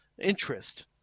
interest